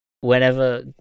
whenever